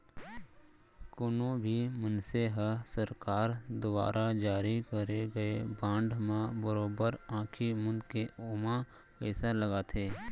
कोनो भी मनसे ह सरकार दुवारा जारी करे गए बांड म बरोबर आंखी मूंद के ओमा पइसा लगाथे